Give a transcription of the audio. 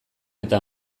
eta